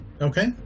Okay